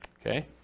Okay